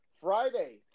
Friday